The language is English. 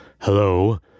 Hello